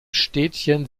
städtchen